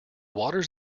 waters